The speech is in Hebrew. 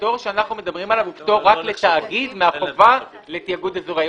הפטור שאנחנו מדברים עליו הוא פטור רק לתאגיד מהחובה לתיאגוד אזורי.